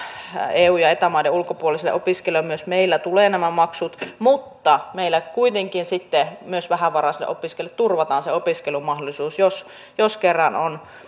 eu ja eta maiden ulkopuolisille opiskelijoille myös meillä tulevat nämä maksut mutta meillä kuitenkin sitten myös vähävaraisille opiskelijoille turvataan se opiskelumahdollisuus jos jos kerran on